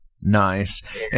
Nice